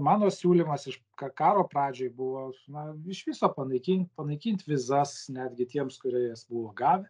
mano siūlymas iš karo pradžioj buvo na iš viso panaikint panaikint vizas netgi tiems kurie jas buvo gavę